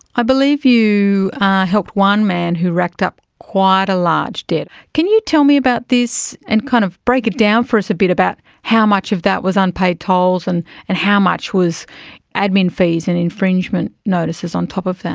i believe you helped one man who racked up quite a large debt can you tell me about this and kind of break it down for us a bit about how much of that was unpaid tolls and and how much was admin fees and infringement notices on top of that?